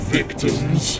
victims